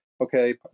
Okay